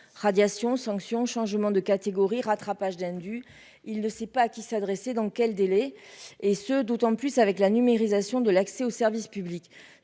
radiation sanctions changement de catégorie rattrapage d'indus, il ne sait pas à qui s'adresser, dans quel délai et ce d'autant plus avec la numérisation de l'accès au service public,